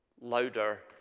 Louder